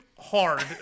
hard